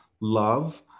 love